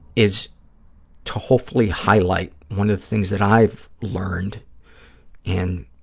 is to hopefully highlight one of the things that i've learned in